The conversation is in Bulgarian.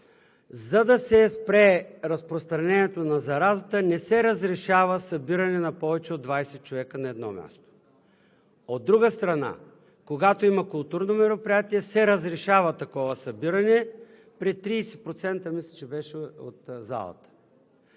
за да се спре разпространението на заразата, не се разрешава събиране на повече от 20 човека на едно място. От друга страна, когато има културно мероприятие, се разрешава такова събиране при 30%, мисля, че беше, от залата.